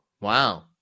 Wow